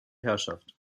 herrschaft